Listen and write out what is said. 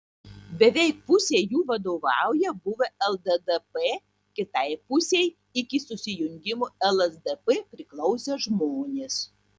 beveik pusei jų vadovauja buvę lddp kitai pusei iki susijungimo lsdp priklausę žmonės